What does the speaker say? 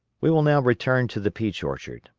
we will now return to the peach orchard.